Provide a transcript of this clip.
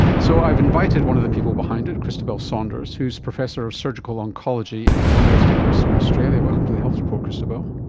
so i've invited one of the people behind it, christobel saunders who is professor of surgical oncology at the university of western australia, welcome to the health report, christobel.